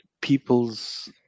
people's